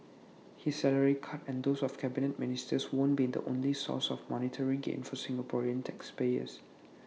his salary cut and those of Cabinet Ministers won't be the only sources of monetary gain for Singaporean taxpayers